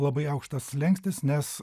labai aukštas slenkstis nes